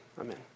amen